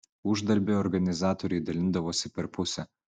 uždarbį organizatoriai dalindavosi per pusę